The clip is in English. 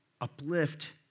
uplift